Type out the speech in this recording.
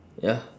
ya